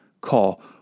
call